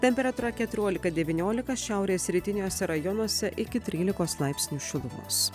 temperatūra keturiolika devyniolika šiaurės rytiniuose rajonuose iki trylikos laipsnių šilumos